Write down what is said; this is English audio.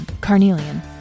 Carnelian